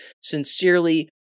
Sincerely